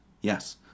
Yes